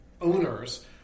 owners